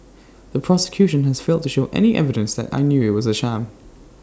the prosecution has failed to show any evidence that I knew IT was A sham